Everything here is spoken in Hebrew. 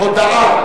"הודאה",